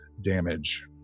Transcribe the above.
damage